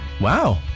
Wow